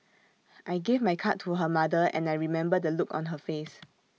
I gave my card to her mother and I remember the look on her face